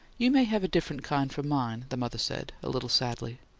you may have a different kind from mine, the mother said, a little sadly.